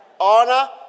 Honor